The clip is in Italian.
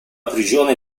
prigione